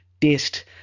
taste